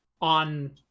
on